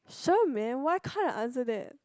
sure man why can't answer that